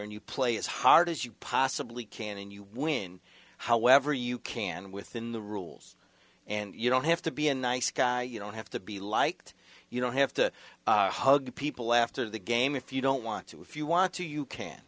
and you play as hard as you possibly can and you win however you can within the rules and you don't have to be a nice guy you don't have to be liked you don't have to hug people after the game if you don't want to if you want to you can